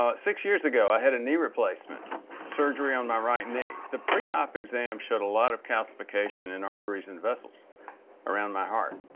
ah six years ago i had a knee replacement surgery on my right knee. the pre-op exam showed a lot of calcification in the arteries and vessels around my heart.